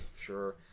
Sure